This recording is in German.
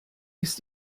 ist